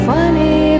Funny